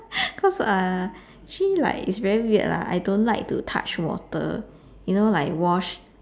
cause uh actually like it's very weird lah I don't like to touch water you know like wash